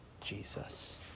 Jesus